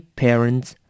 parents